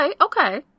okay